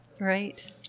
right